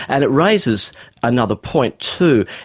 and it raises another point too.